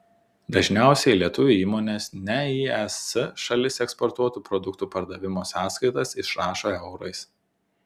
dažniausiai lietuvių įmonės ne į es šalis eksportuotų produktų pardavimo sąskaitas išrašo eurais